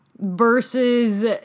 versus